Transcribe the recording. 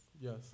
Yes